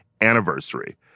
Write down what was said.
anniversary